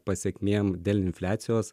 pasekmėm dėl infliacijos